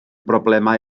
broblemau